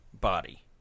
body